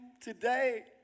today